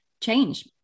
change